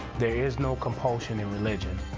there is no compulsion in religion,